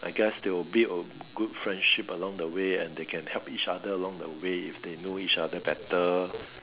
I guess they will build a good friendship along the way and they can help each other along the way if they know each other better